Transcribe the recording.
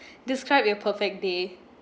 describe your perfect day